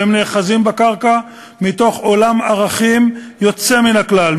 והם נאחזים בקרקע מתוך עולם ערכים יוצא מן הכלל,